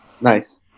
nice